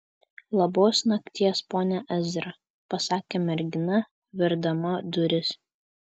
labos nakties pone ezra pasakė mergina verdama duris